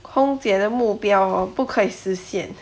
空姐的目标 hor 不可以实现